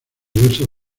diversas